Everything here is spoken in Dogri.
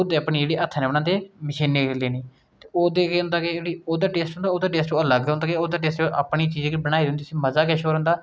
कुसै गी बी उप्पर धक्कनै आस्तै पूरे टल्ले निं हे पूरे पूरे कपड़े निं हे उंदे कोल ते फिर उनें केह् कीता ओह् बिलकुल गै जरानियां जेह्ड़ियां